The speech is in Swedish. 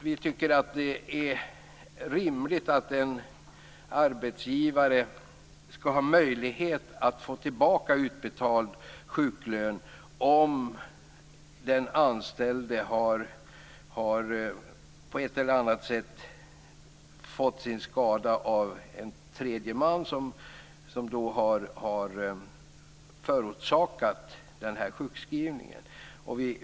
Vi tycker att det är rimligt att en arbetsgivare skall ha möjlighet att få tillbaka utbetald sjuklön om den anställde på ett eller annat sätt skadats av tredje man och därmed förorsakats denna sjukskrivning.